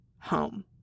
home